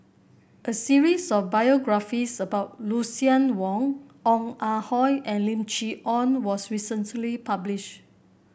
a series of biographies about Lucien Wang Ong Ah Hoi and Lim Chee Onn was recently published